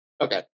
Okay